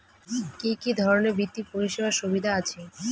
কি কি ধরনের বিত্তীয় পরিষেবার সুবিধা আছে?